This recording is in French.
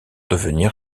devenir